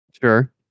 Sure